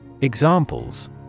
Examples